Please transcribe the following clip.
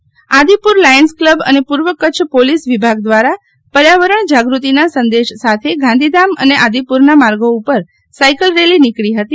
Sheetal Vaishnav Adipur Lions Club અને પૂર્વ કચ્છ પોલીસ વિભાગ દ્વારા પર્યાવરણ જાગૃતિના સંદેશ સાથે ગાંધીધામ અને આદિપુરના માર્ગો ઉપર સાઈકલ રેલી નીકળી હતી